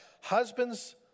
Husbands